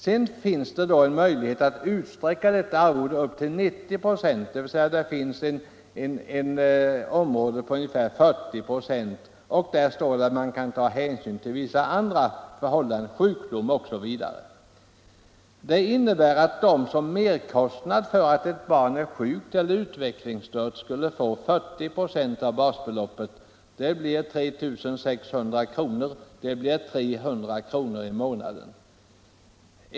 Sedan finns det möjlighet att utsträcka detta arvode upp till 90 96. Det finns därmed ett utrymme på ungefär 40 96, och det står att man skall kunna ta hänsyn till vissa andra förhållanden, sjukdom osv. Det innebär att vederbörande till merkostnader för att ett barn är sjukt eller utvecklingsstört skulle få 40 96 av basbeloppet. Det blir 3 600 kr. om året eller 300 kr. i månaden.